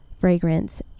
fragrance